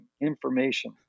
information